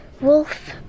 wolf